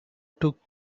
took